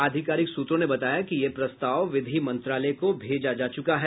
आधिकारिक सूत्रों ने बताया कि ये प्रस्ताव विधि मंत्रालय को भेजा जा चुका है